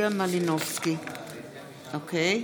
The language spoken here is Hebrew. בעד